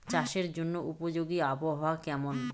চাষের জন্য উপযোগী আবহাওয়া কেমন?